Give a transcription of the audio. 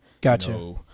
gotcha